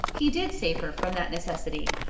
he did save her from that necessity,